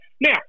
Now